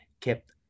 kept